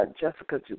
Jessica